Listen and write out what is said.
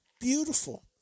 Beautiful